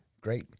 Great